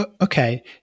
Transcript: Okay